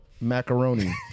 macaroni